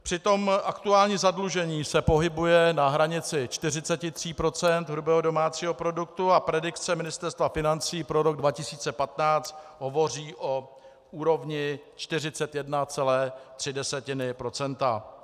Přitom aktuální zadlužení se pohybuje na hranici 43 % hrubého domácího produktu a predikce Ministerstva financí pro rok 2015 hovoří o úrovni 41,3 %.